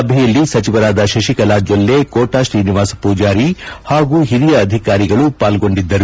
ಸಭೆಯಲ್ಲಿ ಸಚಿವರಾದ ಶತಿಕಲಾ ಜೊಲ್ಲೆ ಕೋಟ ಶ್ರೀನಿವಾಸ ಪೂಜಾರಿ ಹಾಗೂ ಹಿರಿಯ ಅಧಿಕಾರಿಗಳು ಪಾಲ್ಗೊಂಡಿದ್ದರು